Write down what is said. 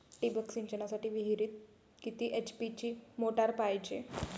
ठिबक सिंचनासाठी विहिरीत किती एच.पी ची मोटार पायजे?